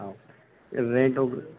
हो रेन्ट वग